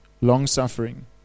long-suffering